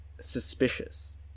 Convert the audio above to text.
suspicious